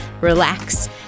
relax